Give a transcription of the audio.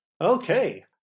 Okay